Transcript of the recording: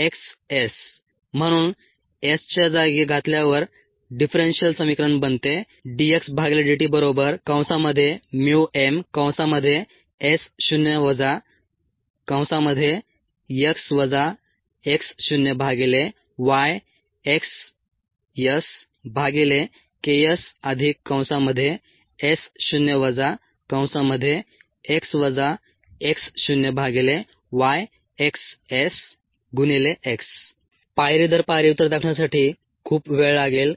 x0YxS म्हणून S च्या जागी घातल्यावर डिफरेंशियल समीकरण बनते dxdtmS0 x x0YxSKSS0 x x0YxSx पायरी दर पायरी उत्तर दाखविण्यासाठी खूप वेळ लागेल